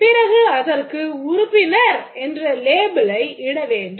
பிறகு அதற்கு உறுப்பினர் என்ற லேபிளை இடவேண்டும்